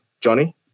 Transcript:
Johnny